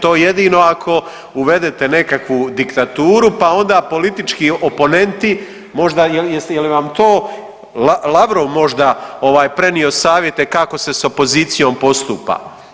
To jedino ako uvedete nekakvu diktaturu pa onda politički oponenti možda jeste, je li vam to Lavrov možda ovaj prenio savjete kako se s opozicijom postupa?